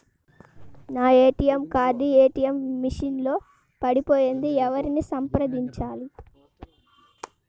నా ATM card ATM machine లో పడిపోయింది ఎవరిని సంప్రదించాలి?